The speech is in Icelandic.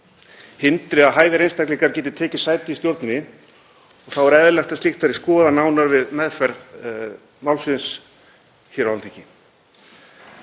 hindri að hæfir einstaklingar geti tekið sæti í stjórninni og þá er eðlilegt að slíkt verði skoðað nánar við meðferð málsins hér á Alþingi.